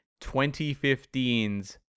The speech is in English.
2015's